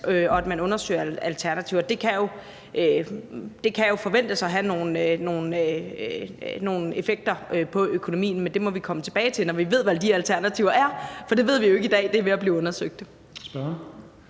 og at man undersøger alternativer. Det kan jo forventes at have nogle effekter på økonomien, men det må vi komme tilbage til, når vi ved, hvad de alternativer er, for det ved vi jo ikke i dag – det er ved at blive undersøgt.